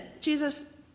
Jesus